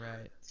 Right